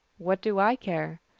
what do i care?